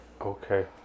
Okay